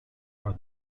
are